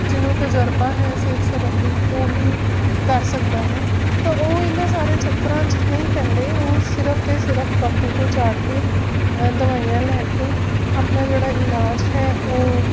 ਜਿਹਨੂੰ ਤਜਰਬਾ ਹੈ ਸਿਹਤ ਸਬੰਧੀ ਉਹ ਹੀ ਕਰ ਸਕਦਾ ਹੈ ਤਾਂ ਉਹ ਇਹਨਾਂ ਸਾਰੇ ਚੱਕਰਾਂ 'ਚ ਨਹੀਂ ਪੈਂਦੇ ਉਹ ਸਿਰਫ਼ ਅਤੇ ਸਿਰਫ਼ ਡੋਕਟਰ ਕੋਲ ਜਾ ਕੇ ਦਵਾਈਆਂ ਲੈ ਕੇ ਆਪਣਾ ਜਿਹੜਾ ਇਲਾਜ ਹੈ ਉਹ